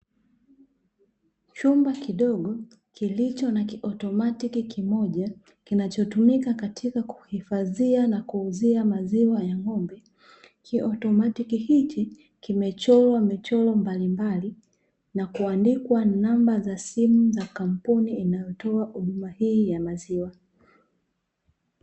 Chumba kidogo kilicho na kiautomatiki kimoja kinachotumika katika kuhifadhia na kuuzia maziwa ya ng'ombe. Kiautomatiki hichi kimechorwa michoro mbalimbali na kuandikwa namba za simu za kampuni inayotoa huduma hii ya maziwa.